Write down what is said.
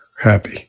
happy